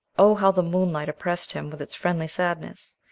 oh, how the moonlight oppressed him with its friendly sadness!